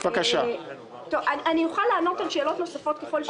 אני אוכל לענות על שאלות נוספות ככל שיתעוררו.